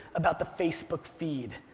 about the facebook feed,